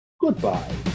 Goodbye